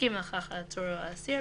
והסכים לכך העצור או האסיר,